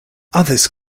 others